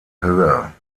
höhe